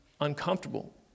uncomfortable